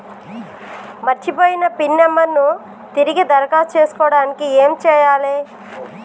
మర్చిపోయిన PIN number ను తిరిగి దరఖాస్తు చేసుకోవడానికి ఏమి చేయాలే?